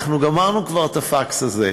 אנחנו גמרנו כבר עם הפקס הזה.